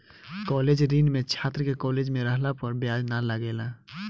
college ऋण में छात्र के कॉलेज में रहला पर ब्याज ना लागेला